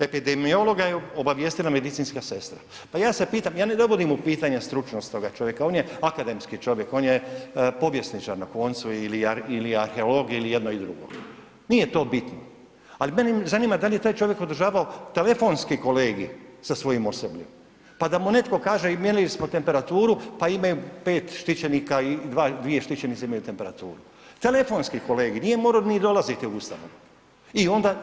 Epidemiologa je obavijestila medicinska sestra, ja ne vodim u pitanje stručnost toga čovjeka, on je akademski čovjek on je povjesničar na koncu ili arheolog ili jedno i drugo, nije to bitno, ali mene zanima da li je taj čovjek održavao telefonski kolegij sa svojim osobljem pa da mu netko kaže, mjerili smo im temperaturu pa ima 5 štićenika i 2 štićenice imaju temperaturu, telefonski kolege, nije morao ni dolaziti u ustanovu i onda.